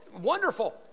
wonderful